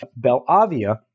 Belavia